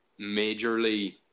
majorly